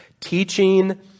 teaching